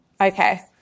Okay